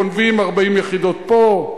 גונבים 40 יחידות פה,